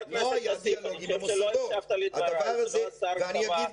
שר ההשכלה הגבוהה